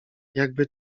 jakby